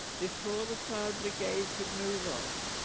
before the fire brigade could move off